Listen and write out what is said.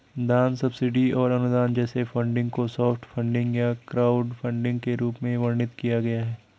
दान सब्सिडी और अनुदान जैसे फंडिंग को सॉफ्ट फंडिंग या क्राउडफंडिंग के रूप में वर्णित किया गया है